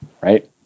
right